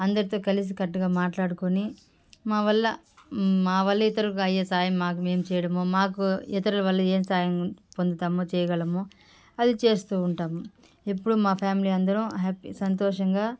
అందరితో కలసి కట్టుగా మాట్లాడుకోని మావల్ల మా వల్ల ఇతరులకి అయ్యే సాయం మాకు మేము చేయడము మాకు ఇతరుల వాళ్ళు ఏం సాయం పొందుతాము చేయగలము అది చేస్తూ ఉంటాము ఎప్పుడు మా ఫ్యామిలీ అందరం హ్యాపీ సంతోషంగా